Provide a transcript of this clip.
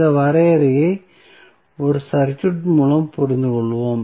இந்த வரையறையை ஒரு சர்க்யூட் மூலம் புரிந்துகொள்வோம்